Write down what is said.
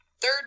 third